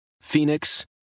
Phoenix